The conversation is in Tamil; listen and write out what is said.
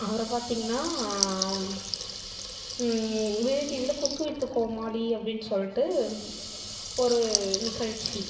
அப்புறம் பார்த்தீங்கன்னா விஜய் டிவியில் குக்கு வித்து கோமாளி அப்படின்னு சொல்லிட்டு ஒரு நிகழ்ச்சி